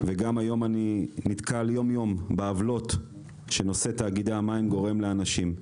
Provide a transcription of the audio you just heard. וגם היום אני נתקל יום-יום בעוולות שנושא תאגידי המים גורם לאנשים,